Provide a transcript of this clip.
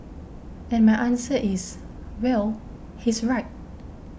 and my answer is well he's right